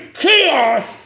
chaos